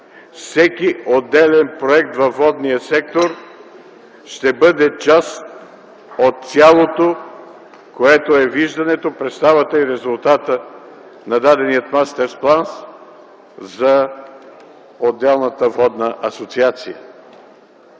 всеки отделен проект във водния сектор ще бъде част от цялото, което е виждането, представата и резултатът на дадения мастерс план за отделната водна асоциация.